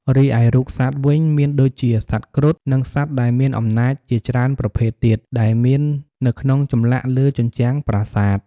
រីឯរូបសត្វវិញ មានដូចជាសត្វគ្រុត និងសត្វដែលមានអំណោចជាច្រើនប្រភេទទៀត ដែលមាននៅនៅក្នុងចម្លាក់លើជញ្ជាំងប្រាសាទ។